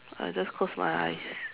I just close my eyes